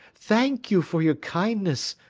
thank you for your kindness,